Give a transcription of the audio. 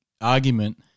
argument